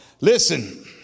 Listen